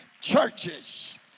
churches